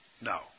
No